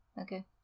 Okay